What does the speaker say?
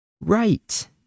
Right